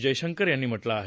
जयशंकर यांनी म्हटलं आहे